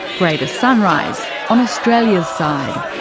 greater sunrise, on australia's side.